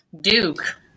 Duke